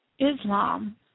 Islam